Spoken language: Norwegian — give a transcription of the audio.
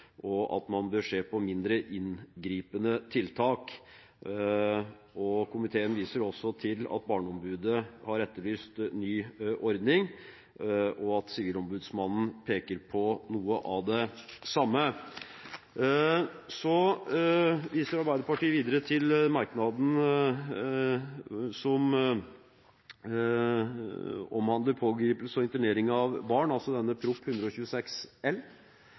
og at man bør se på mindre inngripende tiltak. Komiteen viser også til at Barneombudet har etterlyst ny ordning, og at Sivilombudsmannen peker på noe av det samme. Arbeiderpartiet viser videre til merknaden som handler om pågripelse og internering av barn, altså om Prop. 126 L